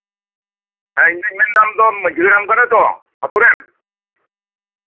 ᱦᱮᱸ ᱤᱧᱤᱧ ᱢᱮᱱᱫᱟ ᱢᱟᱹᱡᱷᱤ ᱦᱟᱲᱟᱢ ᱠᱟᱱᱟᱢ ᱛᱚ ᱟᱹᱛᱩ ᱨᱮᱱ